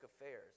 affairs